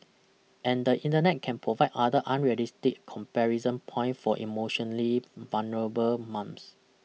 and the Internet can provide other unrealistic comparison points for emotionally vulnerable Mums